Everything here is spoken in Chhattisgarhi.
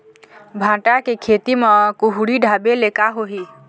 भांटा के खेती म कुहड़ी ढाबे ले का होही?